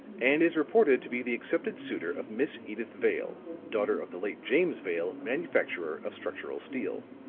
and is reported to be the accepted suitor of miss edyth vale, daughter of the late james vale, manufacturer of structural steel.